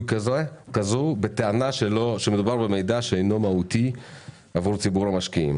כזו בטענה שמדובר במידע שאינו מהותי עבור ציבור המשקיעים.